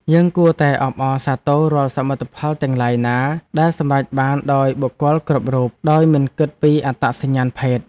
យើងគួរតែអបអរសាទររាល់សមិទ្ធផលទាំងឡាយណាដែលសម្រេចបានដោយបុគ្គលគ្រប់រូបដោយមិនគិតពីអត្តសញ្ញាណភេទ។